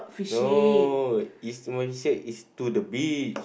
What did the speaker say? no it's when he said it's to the beach